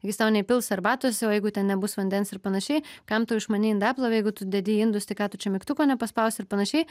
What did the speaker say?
jis tau neįpils arbatos o jeigu ten nebus vandens ir panašiai kam tau išmani indaplovė jeigu tu dedi indus tai ką tu čia mygtuko nepaspausi ir panašiai